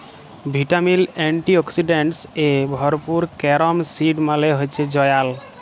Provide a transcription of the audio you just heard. vitamin, antioxidants এ ভরপুর carom seed মালে হচ্যে জয়াল